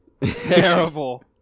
terrible